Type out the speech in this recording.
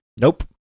nope